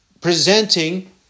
presenting